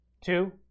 two